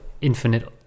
infinite